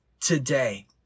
today